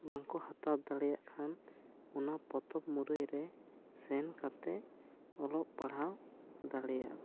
ᱵᱟᱝ ᱠᱚ ᱦᱟᱛᱟᱣ ᱫᱟᱲᱮᱭᱟᱜ ᱠᱷᱟᱱ ᱚᱱᱟ ᱯᱚᱛᱚᱵ ᱢᱩᱨᱟᱹᱭ ᱨᱮ ᱥᱮᱱ ᱠᱟᱛᱮᱜ ᱚᱞᱚᱜ ᱯᱟᱲᱦᱟᱣ ᱫᱟᱲᱮᱭᱟᱜᱼᱟ ᱠᱚ